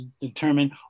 determine